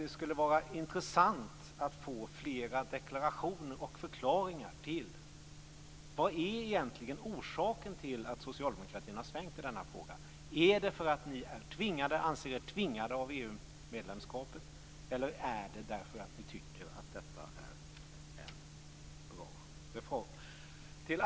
Det skulle vara intressant att få flera deklarationer om och förklaringar till vad som egentligen är orsaken till att socialdemokratin har svängt i denna fråga. Är det därför att ni anser er tvingade av EU medlemskapet? Eller är det därför att ni tycker att detta är en bra reform?